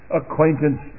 acquaintance